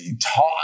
talk